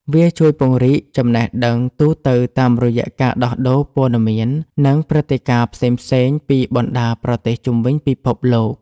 វាជួយពង្រីកចំណេះដឹងទូទៅតាមរយៈការដោះដូរព័ត៌មាន និងព្រឹត្តិការណ៍ផ្សេងៗពីបណ្ដាប្រទេសជុំវិញពិភពលោក។